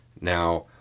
Now